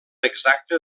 exacte